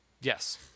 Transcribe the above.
Yes